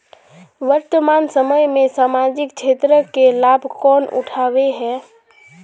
वर्तमान समय में सामाजिक क्षेत्र के लाभ कौन उठावे है?